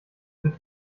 wird